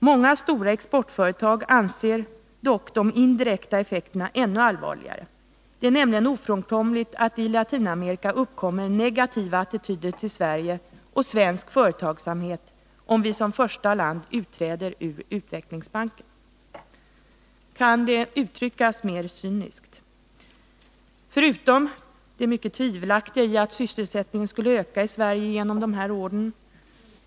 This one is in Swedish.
Många stora exportföretag anser dock de indirekta effekterna ännu allvarligare. Det är nämligen ofrånkomligt att det i Latinamerika uppkommer negativa attityder till Sverige och svensk företagsamhet om vi som första land utträder ur utvecklingsbanken.” Kan det uttryckas mer cyniskt? Det är mycket tvivelaktigt att sysselsättningen skulle öka i Sverige genom dessa order.